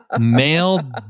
male